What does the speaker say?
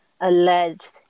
alleged